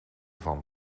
van